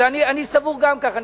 גם אני סבור כך.